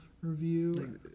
review